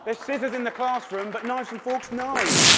ah scissors in the classroom, but knives and forks? no.